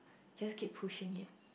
just keep pushing it